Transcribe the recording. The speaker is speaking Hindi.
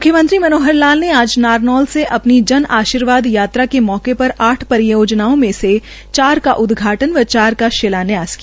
मुख्यमंत्री मनोहर लाल ने आज नारनौल से अपनी जन आर्शीवाद यात्रा के मौके पर आठ परियोजनाओं में से चार का उदघाटन व चार का शिलान्यास किया